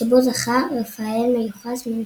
שבו זכה רפאל מיוחס מנתניה.